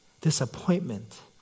Disappointment